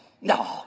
No